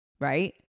right